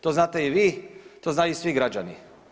To znate i vi, to znaju i svi građani.